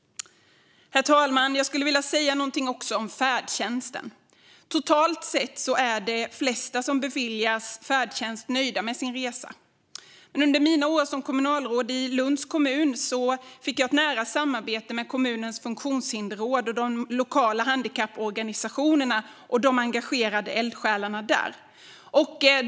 Herr talman! Jag vill säga något om färdtjänsten. Totalt sett är de flesta som beviljas färdtjänst nöjda med sin resa. Under mina år som kommunalråd i Lunds kommun fick jag ett nära samarbete med kommunens funktionshindersråd och lokala handikapporganisationer och engagerade eldsjälar där.